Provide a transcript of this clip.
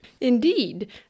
Indeed